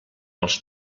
els